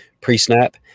pre-snap